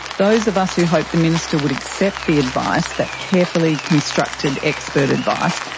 those of us who hoped the minister would accept the advice, that carefully constructed expert advice,